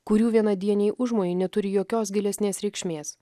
kurių vienadieniai užmojai neturi jokios gilesnės reikšmės